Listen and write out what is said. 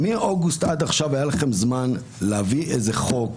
מאוגוסט עד עכשיו היה לכם זמן להביא איזה חוק,